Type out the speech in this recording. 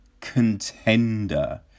contender